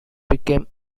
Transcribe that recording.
became